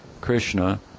Krishna